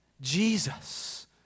Jesus